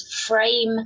frame